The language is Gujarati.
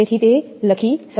તેથી તે લખી શકાય છે